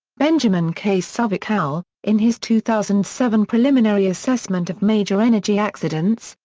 benjamin k. sovacool, in his two thousand seven preliminary assessment of major energy accidents,